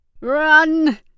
Run